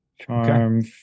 charm